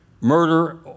Murder